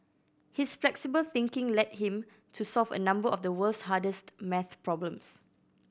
his flexible thinking led him to solve a number of the world's hardest math problems